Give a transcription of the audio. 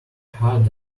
heart